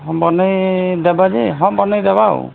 ହଁ ବନେଇ ଦେବା ଯେ ହଁ ବନେଇ ଦେବା ଆଉ